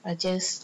I just